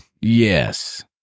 Yes